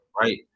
right